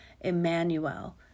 Emmanuel